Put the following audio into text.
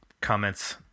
comments